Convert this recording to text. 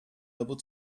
able